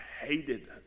hated